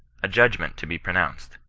a judgment to be pronounced.